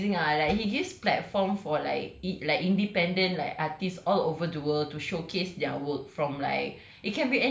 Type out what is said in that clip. he's so amazing lah like he gives platform for like in~ like independent like artists all over the world to showcase their work from like